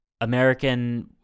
American